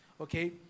okay